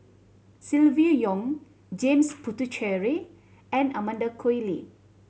Silvia Yong James Puthucheary and Amanda Koe Lee